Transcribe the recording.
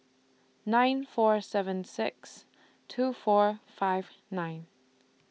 nine four seven six two four five nine